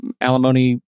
alimony